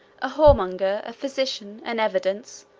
a whoremonger, a physician, an evidence,